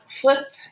flip